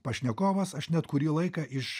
pašnekovas aš net kurį laiką iš